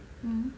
mm